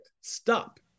stop